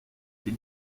del